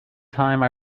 time